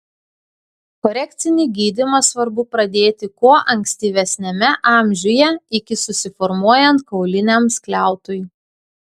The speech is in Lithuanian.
korekcinį gydymą svarbu pradėti kuo ankstyvesniame amžiuje iki susiformuojant kauliniam skliautui